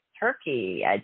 Turkey